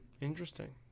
Interesting